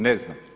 Ne znam.